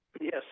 Yes